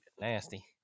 Nasty